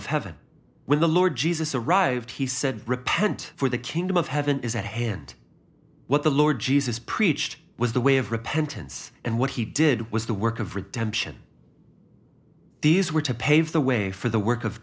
of heaven when the lord jesus arrived he said repent for the kingdom of heaven is at hand what the lord jesus preached was the way of repentance and what he did was the work of redemption these were to pave the way for the work of